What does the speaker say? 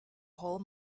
whole